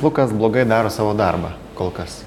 lukas blogai daro savo darbą kol kas